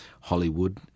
Hollywood